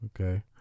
Okay